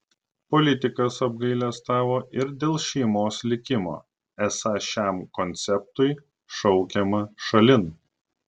politikas apgailestavo ir dėl šeimos likimo esą šiam konceptui šaukiama šalin